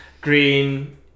green